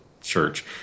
church